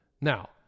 Now